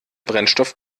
brennstoff